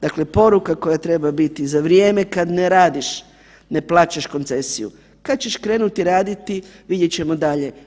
Dakle, poruka koja treba biti za vrijeme kad ne radiš ne plaćaš koncesiju, kad ćeš krenuti raditi vidjet ćemo dalje.